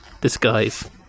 disguise